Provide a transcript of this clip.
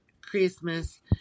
Christmas